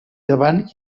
davant